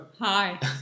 Hi